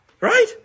right